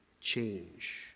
change